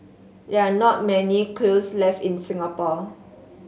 there are not many kilns left in Singapore